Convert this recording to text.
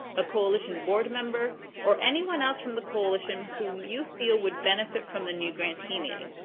a coalition board member, or anyone else from the coalition whom you feel would benefit from the new grantee meeting.